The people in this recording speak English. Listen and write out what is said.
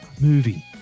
movie